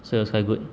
so it was quite good